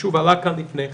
שעלתה כאן לפני כן,